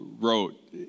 wrote